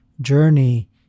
journey